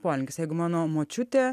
polinkis jeigu mano močiutė